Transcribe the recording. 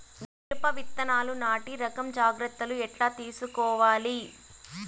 మిరప విత్తనాలు నాటి రకం జాగ్రత్తలు ఎట్లా తీసుకోవాలి?